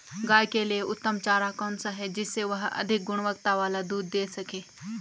गाय के लिए उत्तम चारा कौन सा है जिससे वह अधिक गुणवत्ता वाला दूध दें सके?